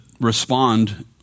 respond